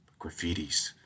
graffitis